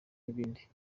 n’ibindi